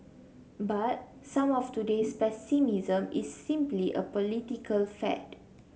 but some of today's pessimism is simply a political fad